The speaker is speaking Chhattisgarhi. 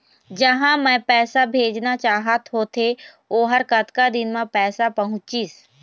जहां मैं पैसा भेजना चाहत होथे ओहर कतका दिन मा पैसा पहुंचिस?